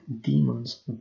demons